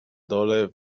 dole